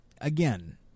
again